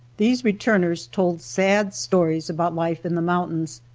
these returners told sad stories about life in the mountains,